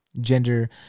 gender